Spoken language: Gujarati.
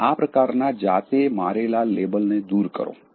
હવે આ પ્રકારના જાતે મારેલા લેબલ ને દૂર કરો